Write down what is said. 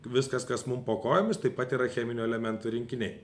viskas kas mum po kojomis taip pat yra cheminių elementų rinkiniai